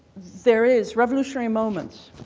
there is revolutionary moments